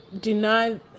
deny